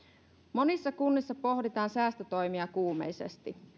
monissa kunnissa pohditaan säästötoimia kuumeisesti